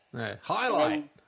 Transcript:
highlight